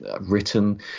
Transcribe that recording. written